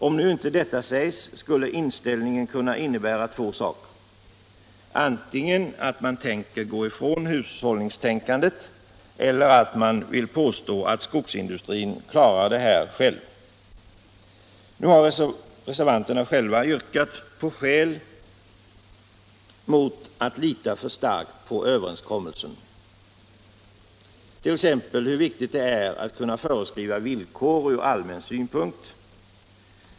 Om nu inte detta sägsskulle inställningen kunna innebära två saker: antingen att man avser att gå ifrån hushållningstänkandet eller att man vill påstå att skogsindustrin klarar det här själv. Reservanterna har själva anfört skäl mot att lita för starkt på överenskommelsen — t.ex. hur viktigt det är att kunna föreskriva villkor ur allmän synpunkt.